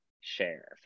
share